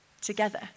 together